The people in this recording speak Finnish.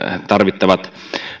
tarvittavat